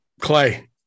clay